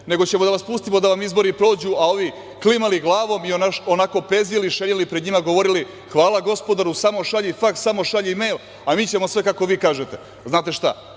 nego ćemo da vas pustimo da vam izbori prođu, a ovi klimali glavom i onako pezili i šenili pred njima, govorili – hvala gospodaru, samo šalji faks, samo šalji mejl, a mi ćemo sve kako vi kažete. Znate šta,